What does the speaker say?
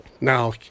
Now